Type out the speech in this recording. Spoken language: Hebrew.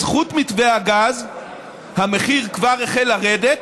בזכות מתווה הגז המחיר כבר החל לרדת,